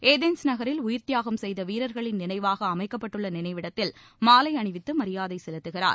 Athens நகரில் உயிர் தியாகம் செய்த வீரர்களின் நினைவாக அமைக்கப்பட்டுள்ள நினைவிடத்தில் மாலை அணிவித்து மரியாதை செலுத்துகிறார்